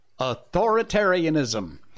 Authoritarianism